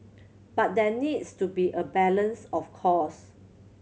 but there needs to be a balance of course